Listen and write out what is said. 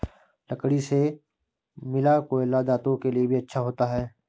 लकड़ी से मिला कोयला दांतों के लिए भी अच्छा होता है